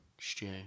Stu